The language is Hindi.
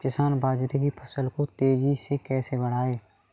किसान बाजरे की फसल को तेजी से कैसे बढ़ाएँ?